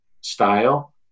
style